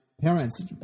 Parents